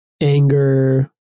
anger